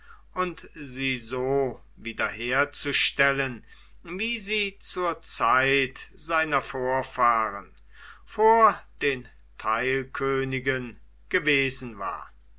und sie so wieder herzustellen wie sie zur zeit seiner vorfahren vor den teilkönigen gewesen war